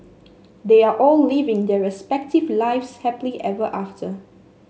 they are all living their respective lives happily ever after